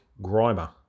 Grimer